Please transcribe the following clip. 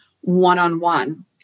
one-on-one